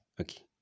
Okay